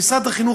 משרד החינוך,